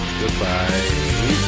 Goodbye